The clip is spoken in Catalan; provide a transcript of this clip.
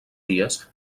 dies